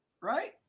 right